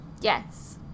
Yes